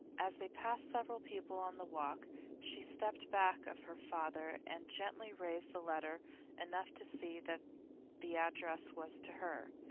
as they passed several people on the walk she stepped back of her father and gently raised the letter enough to see that the address was to her.